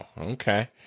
Okay